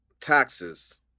taxes